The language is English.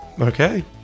Okay